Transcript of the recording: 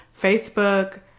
Facebook